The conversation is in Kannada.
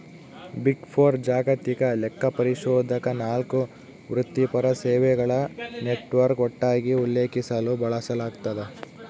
ಬಿಗ್ ಫೋರ್ ಜಾಗತಿಕ ಲೆಕ್ಕಪರಿಶೋಧಕ ನಾಲ್ಕು ವೃತ್ತಿಪರ ಸೇವೆಗಳ ನೆಟ್ವರ್ಕ್ ಒಟ್ಟಾಗಿ ಉಲ್ಲೇಖಿಸಲು ಬಳಸಲಾಗ್ತದ